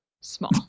small